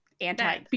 anti